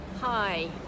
Hi